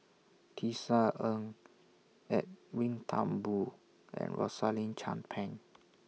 Tisa Ng Edwin Thumboo and Rosaline Chan Pang